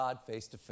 FACE-TO-FACE